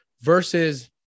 versus